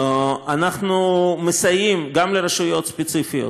אנחנו מסייעים גם לרשויות ספציפיות,